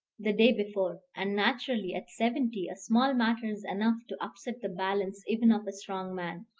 the day before and naturally, at seventy, a small matter is enough to upset the balance even of a strong man.